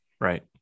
right